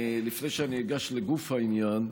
לפני שאני אגש לגוף העניין,